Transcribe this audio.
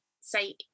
say